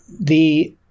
The-